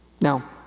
Now